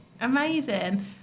Amazing